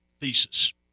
thesis